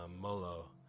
Molo